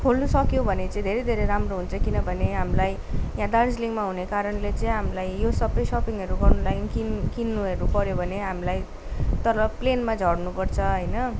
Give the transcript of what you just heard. खोल्नु सक्यो भने चाहिँधेरै धेरै राम्रो हुन्छ किनभने हामीलाई यहाँ दार्जिलिङमा हुने कारणले चाहिँ हामीलाई यो सबै सोपिङहरू गर्नु लागि किन् किन्नुहरू पऱ्यो भने हामीलाई तल प्लेनमा झर्नुपर्छ होइन